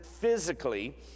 physically